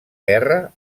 guerra